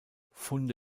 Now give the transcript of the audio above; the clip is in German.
funde